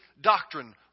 doctrine